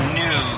new